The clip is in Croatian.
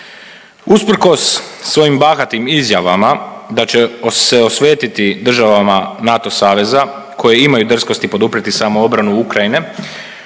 Usprkos svojim bahatim izjavama da će se osvetiti državama NATO saveza koje imaju drskosti poduprijeti samoobranu Ukrajine,